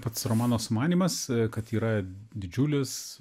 pats romano sumanymas kad yra didžiulis